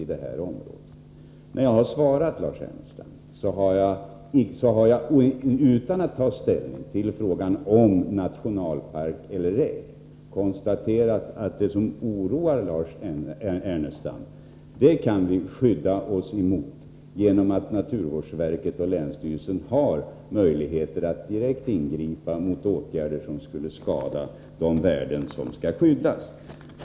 I svaret har jag — utan att ta ställning till frågan om nationalpark eller ej — konstaterat att det som oroar Lars Ernestam kan vi skydda oss mot, genom att naturvårdsverket och länsstyrelsen har möjlighet att direkt ingripa mot åtgärder som skulle skada de värden som skall bevaras.